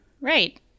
Right